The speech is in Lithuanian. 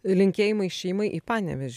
linkėjimai šeimai į panevėžį